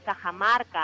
Cajamarca